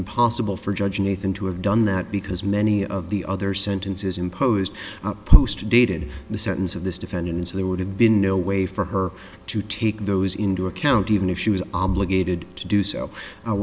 impossible for judge nathan to have done that because many of the other sentences imposed post dated the sentence of this defendant so there would have been no way for her to take those into account even if she was obligated to do so i